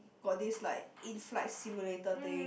got this like in flight simulated thing